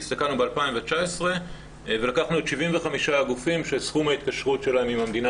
הסתכלנו ב-2019 ולקחנו את 75 הגופים שסכום ההתקשרות שלהם עם המדינה